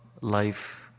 life